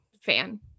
fan